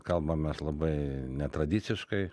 kalbamės labai netradiciškai